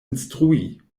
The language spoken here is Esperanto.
instrui